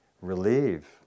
relieve